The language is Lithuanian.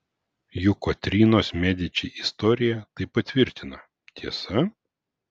juk kotrynos mediči istorija tai patvirtina tiesa